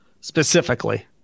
specifically